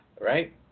right